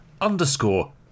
underscore